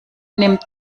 nimmt